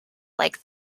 like